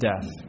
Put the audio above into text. death